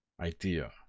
idea